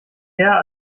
herr